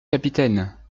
capitaine